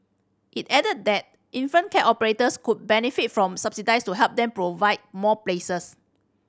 it added that infant care operators could benefit from to help them provide more places